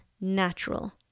natural